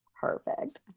Perfect